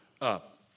up